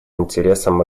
интересам